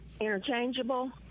interchangeable